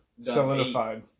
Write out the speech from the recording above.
solidified